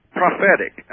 prophetic